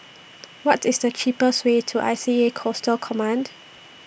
What IS The cheapest Way to I C A Coastal Command